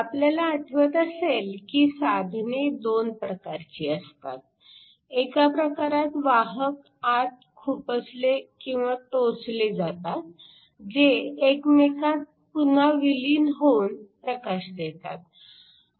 आपल्याला आठवत असेल की साधने दोन प्रकारची असतात एका प्रकारात वाहक आत खुपसले किंवा टोचले जातात जे एकमेकांत पुन्हा विलीन होऊन प्रकाश देतात